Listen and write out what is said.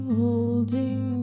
holding